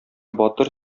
батыр